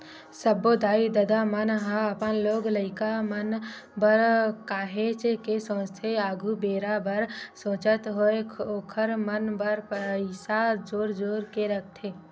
सब्बो दाई ददा मन ह अपन लोग लइका मन बर काहेच के सोचथे आघु बेरा बर सोचत होय ओखर मन बर पइसा जोर जोर के रखथे